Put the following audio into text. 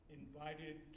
invited